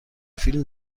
فیلم